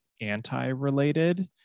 anti-related